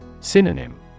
Synonym